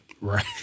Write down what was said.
Right